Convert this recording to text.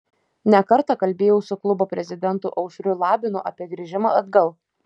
ne kartą kalbėjau su klubo prezidentu aušriu labinu apie grįžimą atgal